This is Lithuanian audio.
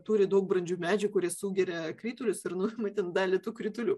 turi daug brandžių medžių kurie sugeria kritulius ir nuima ten dalį tų kritulių